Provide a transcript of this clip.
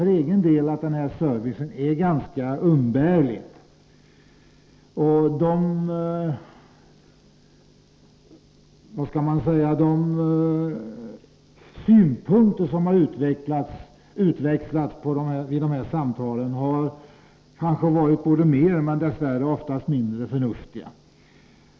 För egen del tycker jag nog att denna service är ganska umbärlig. De tankar som utväxlas vid samtalen får väl sägas vara mer eller mindre — dess värre oftast mindre — förnuftiga.